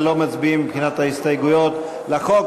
על מה לא מצביעים מבחינת ההסתייגויות לחוק.